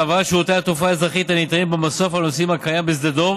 להעברת שירותי התעופה האזרחית הניתנים במסוף הנוסעים הקיים בשדה דב